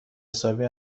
حسابی